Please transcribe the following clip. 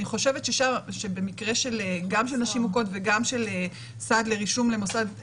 אני חושבת שגם במקרה של נשים מוכות וגם של סעד לרישום למוסד לימודים,